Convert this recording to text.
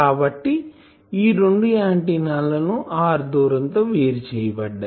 కాబట్టి ఈ రెండు ఆంటిన్నా లు R దూరం తో వేరు చేయబడ్డాయి